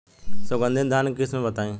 सुगंधित धान के किस्म बताई?